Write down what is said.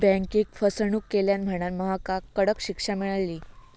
बँकेक फसवणूक केल्यान म्हणांन महकाक कडक शिक्षा मेळली